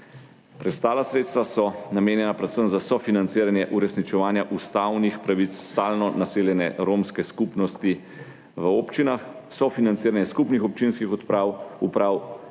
preostala sredstva so namenjena predvsem za sofinanciranje uresničevanja ustavnih pravic stalno naseljene romske skupnosti v občinah, sofinanciranje skupnih občinskih uprav,